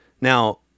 Now